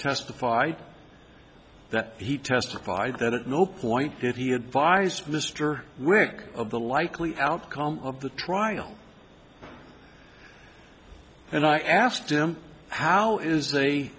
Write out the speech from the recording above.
testified that he testified that at no point if he advised mr wick of the likely outcome of the trial and i asked him how is